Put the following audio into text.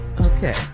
okay